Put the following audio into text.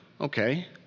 okay